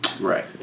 Right